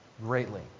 greatly